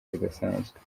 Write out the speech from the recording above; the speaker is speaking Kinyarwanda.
zidasanzwe